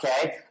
okay